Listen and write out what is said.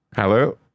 Hello